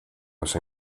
ese